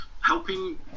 helping